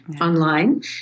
online